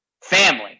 family